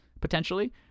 potentially